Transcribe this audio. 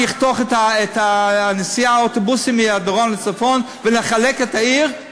אני אחתוך את נסיעת האוטובוסים מדרום לצפון ונחלק את העיר?